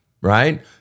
right